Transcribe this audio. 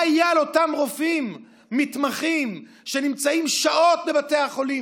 מה יהיה על אותם רופאים מתמחים שנמצאים שעות בבתי החולים,